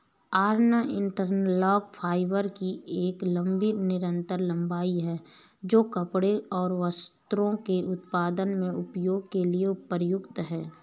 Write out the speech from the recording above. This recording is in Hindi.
यार्न इंटरलॉक फाइबर की एक लंबी निरंतर लंबाई है, जो कपड़े और वस्त्रों के उत्पादन में उपयोग के लिए उपयुक्त है